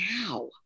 now